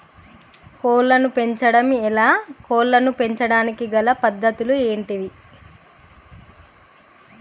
కోళ్లను పెంచడం ఎలా, కోళ్లను పెంచడానికి గల పద్ధతులు ఏంటివి?